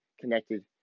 connected